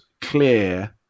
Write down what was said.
clear